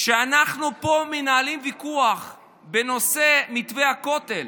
כשאנחנו פה מנהלים ויכוח בנושא מתווה הכותל,